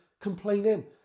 complaining